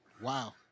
Wow